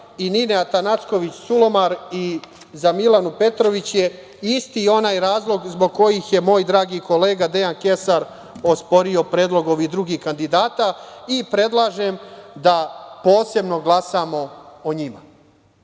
i Nine Atanacković Sulomar i za Milanu Petrović je isti onaj razlog zbog kojih moj dragi kolega Dejan Kesar osporio predlog ovih drugih kandidata, i predlažem da posebno glasamo o njima.